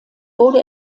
wurde